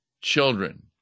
children